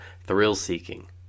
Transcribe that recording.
thrill-seeking